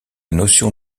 notion